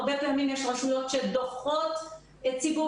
הרבה פעמים יש רשויות שדוחות ציבור